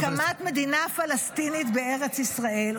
-- הקמת מדינה פלסטינית בארץ ישראל,